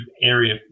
area